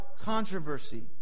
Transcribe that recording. controversy